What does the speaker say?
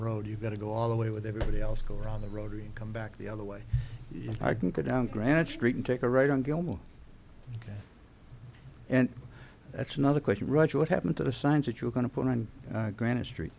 road you've got to go all the way with everybody else go around the rotary and come back the other way i can get down granite street and take a right on gilmore and that's another question rush what happened to the signs that you're going to put on granite street